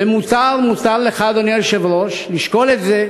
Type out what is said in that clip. מותר לך, אדוני היושב-ראש, לשקול את זה.